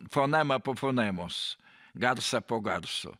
fonemą po fonemos garsą po garso